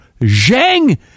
Zhang